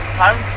time